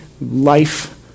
life